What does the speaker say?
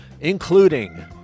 including